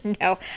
No